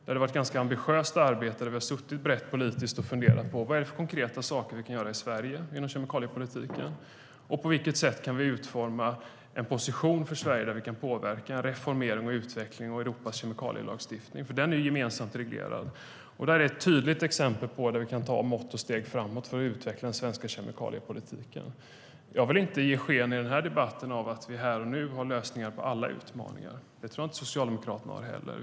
Det har varit ett ambitiöst arbete där vi brett politiskt har funderat över vilka konkreta saker vi kan göra i Sverige inom kemikaliepolitiken och på vilket sätt vi kan utforma en position för Sverige där vi kan påverka reformering och utveckling av Europas kemikalielagstiftning, som är gemensamt reglerad. Det är ett tydligt exempel där vi kan vidta mått och steg för att utveckla den svenska kemikaliepolitiken. Jag vill inte i denna debatt ge sken av att vi här och nu har lösningar på alla utmaningar. Det tror jag inte att Socialdemokraterna heller har.